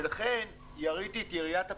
ולכן יריתי את יריית הפתיחה,